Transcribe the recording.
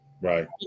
Right